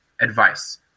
advice